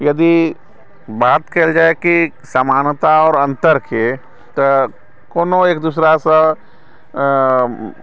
यदि बात कयल जाय कि समानता आओर अंतरके तऽ कोनो एक दूसरासंँ